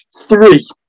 three